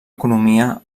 economia